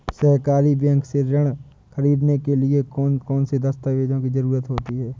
सहकारी बैंक से ऋण ख़रीदने के लिए कौन कौन से दस्तावेजों की ज़रुरत होती है?